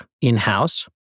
in-house